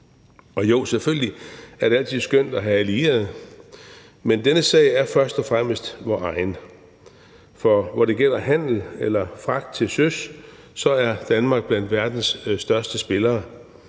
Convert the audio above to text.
Og jo, selvfølgelig er det altid skønt at have allierede, men denne sag er først og fremmest vor egen. For når det gælder handel eller fragt til søs, er Danmark blandt verdens største spillere: